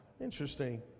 Interesting